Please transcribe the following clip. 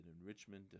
enrichment